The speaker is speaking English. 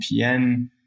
VPN